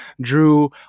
drew